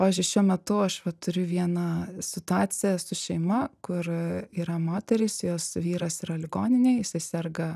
pavyzdžiui šiuo metu aš va turiu vieną situaciją su šeima kur yra moteris jos vyras yra ligoninėj jisai serga